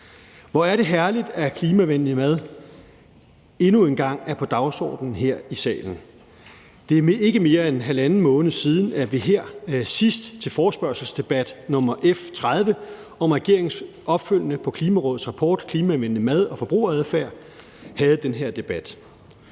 Hvor er det herligt, at klimavenlig mad endnu en gang er på dagsordenen her i salen. Det er ikke mere end halvanden måned siden, at vi sidst, til forespørgselsdebatten om F 30 om regeringens opfølgning på Klimarådets rapport »Klimavenlig mad og forbrugeradfærd«, havde den her debat.